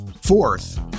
fourth